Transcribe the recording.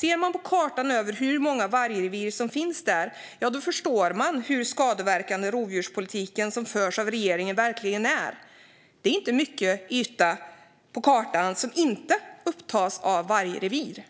Ser man på kartan över hur många vargrevir som finns där förstår man hur skadlig den rovdjurspolitik som förs av regeringen verkligen är. Det är inte mycket yta på kartan som inte upptas av vargrevir.